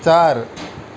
चार